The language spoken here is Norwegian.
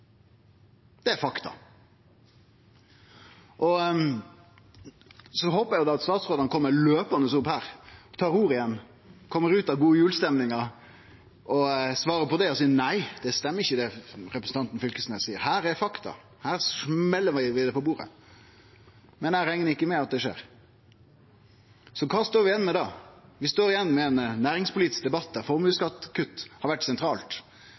Det er fakta. Eg håper at statsrådane kjem løpande opp hit, tar ordet igjen, kjem ut av god jul-stemninga, svarer og seier: Nei, det stemmer ikkje, det som representanten Fylkesnes seier. Her er fakta; her smeller vi dei i bordet. Men eg reknar ikkje med at det skjer. Kva står vi igjen med da? Vi står igjen med ein næringspolitisk debatt der formuesskattekutt har vore sentralt,